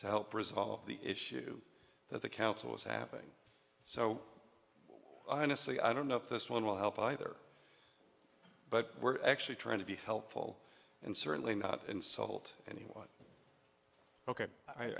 to help resolve the issue that the council is happening so i honestly i don't know if this will help either but we're actually trying to be helpful and certainly not insult anyone ok